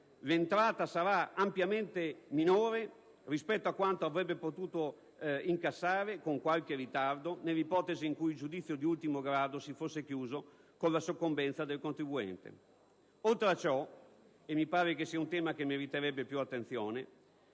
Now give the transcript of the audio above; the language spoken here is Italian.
l'entrata sarà ampiamente minore rispetto a quanto avrebbe potuto incassare con qualche ritardo, nell'ipotesi in cui il giudizio di ultimo grado si fosse chiuso con la soccombenza del contribuente. Oltre a ciò, e mi pare che sia un tema che meriterebbe più attenzione,